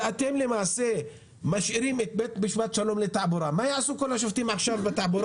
ואתם משאירים את בית משפט שלום לתעבורה מה יעשו כל השופטים בתעבורה?